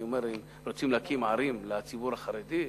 רוצים להקים ערים לציבור החרדי?